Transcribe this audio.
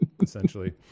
essentially